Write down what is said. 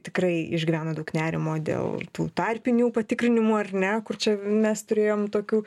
tikrai išgyvena daug nerimo dėl tų tarpinių patikrinimų ar ne kur čia mes turėjom tokių